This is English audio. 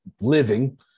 living